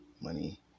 money